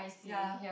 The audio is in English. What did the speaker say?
ya